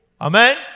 Amen